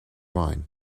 wine